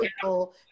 people